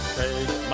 take